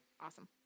Awesome